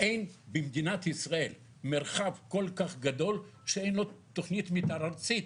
אין במדינת ישראל מרחב כל כך גדול שאין לו תכנית מתאר ארצית.